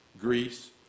Greece